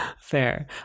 Fair